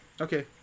Okay